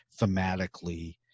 thematically